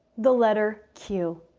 the letter q.